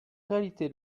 réalité